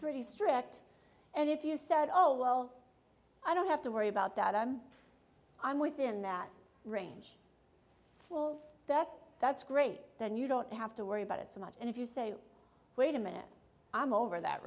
pretty strict and if you said oh well i don't have to worry about that i'm i'm within that range pull that that's great then you don't have to worry about it so much and if you say wait a minute i'm over that